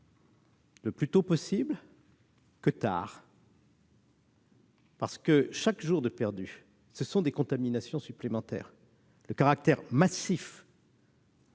le plus tôt possible : car chaque jour de perdu, ce sont des contaminations supplémentaires. Le caractère massif